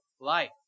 life